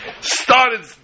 Started